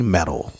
Metal